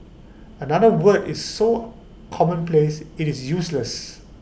another word is so commonplace is useless